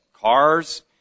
cars